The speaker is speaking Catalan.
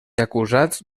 acusats